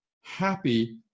Happy